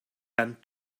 bent